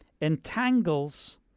entangles